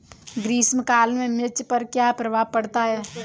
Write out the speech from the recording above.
ग्रीष्म काल में मिर्च पर क्या प्रभाव पड़ता है?